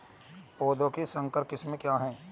पौधों की संकर किस्में क्या हैं?